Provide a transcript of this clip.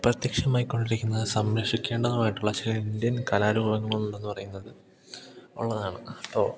അപ്രത്യക്ഷമായിക്കൊണ്ടിരിക്കുന്നതും സംരക്ഷിക്കേണ്ടതുമായിട്ടുള്ള ചില ഇന്ത്യൻ കലാരൂപങ്ങളുണ്ടെന്ന് പറയുന്നത് ഉള്ളതാണ് അപ്പോൾ